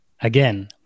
Again